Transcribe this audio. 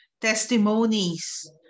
testimonies